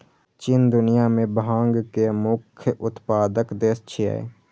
चीन दुनिया मे भांग के मुख्य उत्पादक देश छियै